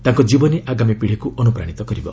ତାଙ୍କର ଜୀବନୀ ଆଗାମୀ ପୀଢ଼ିକୁ ଅନୁପ୍ରାଣିତ କରିବ